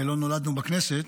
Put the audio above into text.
הרי לא נולדנו בכנסת.